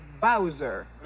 Bowser